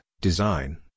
design